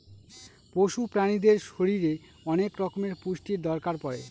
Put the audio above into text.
পশু প্রাণীদের শরীরে অনেক রকমের পুষ্টির দরকার পড়ে